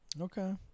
Okay